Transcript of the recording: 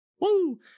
Woo